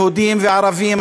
יהודים וערבים,